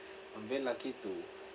I'm very lucky to